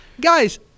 Guys